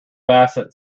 bassett